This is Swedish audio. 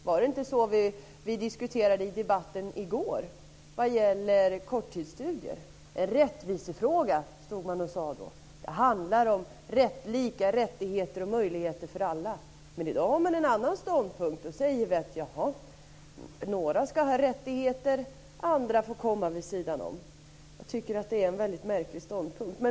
Var det inte så vi diskuterade i debatten i går vad gällde korttidsstudier? Det är en rättvisefråga, sade man då, och det handlar om lika rättigheter och möjligheter för alla. Men i dag har man en annan ståndpunkt och säger att några ska ha rättigheter och andra får komma vid sidan om. Jag tycker att det är en väldigt märklig ståndpunkt.